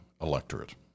electorate